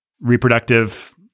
reproductive